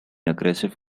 aggressive